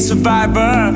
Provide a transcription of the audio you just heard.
Survivor